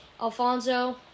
Alfonso